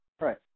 Right